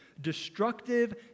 destructive